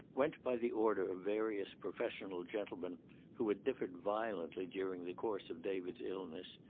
went by the order of various professional gentlemen who had differed violently during the course of david's illness,